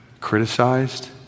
criticized